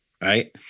right